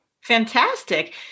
Fantastic